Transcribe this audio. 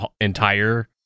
entire